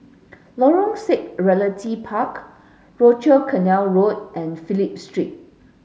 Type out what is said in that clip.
Lorong six Realty Park Rochor Canal Road and Phillip Street